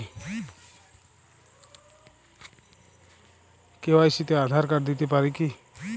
KYC তে Aadhaar card দিতে পারি কি?